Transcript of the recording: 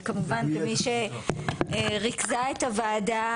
כמובן כמי שריכזה את הוועדה,